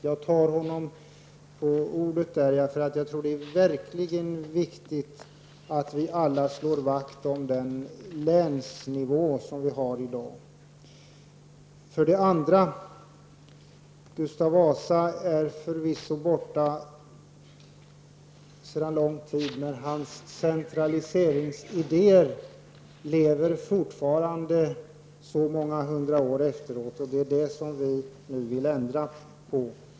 Jag tar honom på orden, för det är verkligen viktigt att vi alla slår vakt om den länsnivå som vi har i dag. För det andra är Gustav Vasa förvisso borta sedan lång tid, men hans centraliseringsidéer lever fortfarande så här många hundra år efteråt. Det är det vi nu vill ändra på.